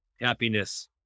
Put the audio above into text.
happiness